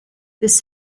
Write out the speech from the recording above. this